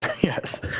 Yes